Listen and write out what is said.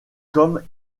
comme